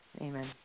Amen